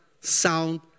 sound